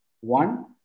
One